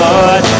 Lord